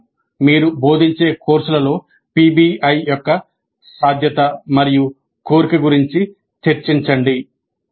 వ్యాయామం మీరు బోధించే కోర్సులలో పిబిఐ యొక్క సాధ్యత మరియు కోరిక గురించి చర్చించండి